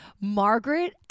Margaret